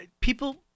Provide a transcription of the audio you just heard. People